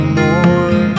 more